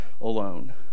alone